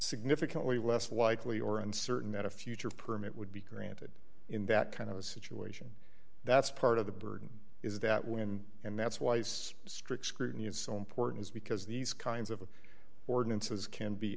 significantly less likely or uncertain that a future permit would be granted in that kind of a situation that's part of the burden is that when and that's why it's strict scrutiny is so important because these kinds of ordinances can be